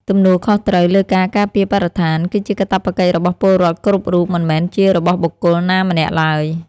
ទំនួលខុសត្រូវលើការការពារបរិស្ថាន គឺជាកាតព្វកិច្ចរបស់ពលរដ្ឋគ្រប់រូបមិនមែនជារបស់បុគ្គលណាម្នាក់ឡើយ។